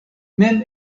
mem